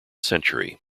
century